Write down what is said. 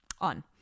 On